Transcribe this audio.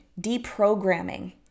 deprogramming